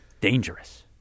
Dangerous